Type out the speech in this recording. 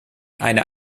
eine